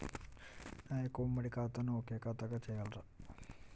నా యొక్క ఉమ్మడి ఖాతాను ఒకే ఖాతాగా చేయగలరా?